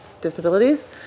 disabilities